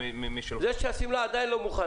אני שואל לגבי מצב שבו השמלה עדיין לא מוכנה?